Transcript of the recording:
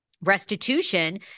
restitution